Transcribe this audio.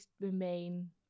remain